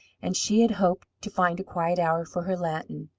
and she had hoped to find a quiet hour for her latin.